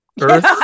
Earth